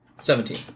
Seventeen